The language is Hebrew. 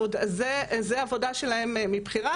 זאת העבודה שלהן מבחירה,